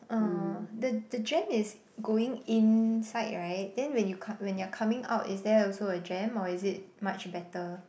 uh the the jam is going inside right then when you com~ when you're coming out is there also a jam or is it much better